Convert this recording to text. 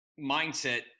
mindset